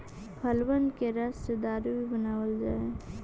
फलबन के रस से दारू भी बनाबल जा हई